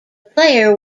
player